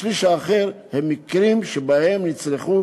השליש האחר הוא של מקרים שבהם נצרכו